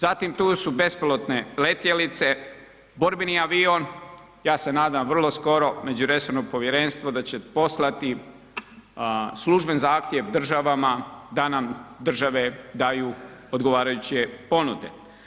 Zatim tu su bespilotne letjelice, borbeni avion, ja se nadam vrlo skoro Međuresorno povjerenstvo da će poslati služben zahtjev državama da nam države daju odgovarajuće ponude.